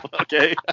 okay